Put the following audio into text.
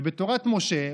ובתורת משה,